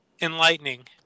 enlightening